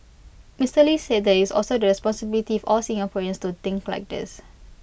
Mister lee said that IT is also the responsibility of all Singaporeans to think like this